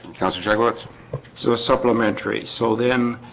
consulates consulates so a supplementary so then